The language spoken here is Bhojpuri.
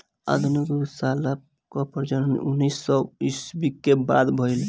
आधुनिक दुग्धशाला कअ प्रचलन उन्नीस सौ ईस्वी के बाद भइल